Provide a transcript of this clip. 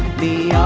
the